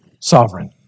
sovereign